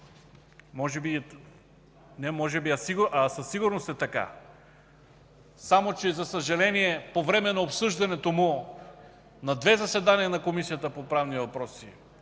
Със сигурност е така. Само че, за съжаление, по време на обсъждането му на две заседания на Комисията по правни въпроси